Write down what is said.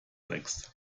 rex